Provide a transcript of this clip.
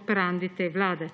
operandi te vlade.